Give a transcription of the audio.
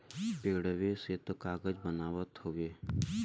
पेड़वे से त कागज बनत हउवे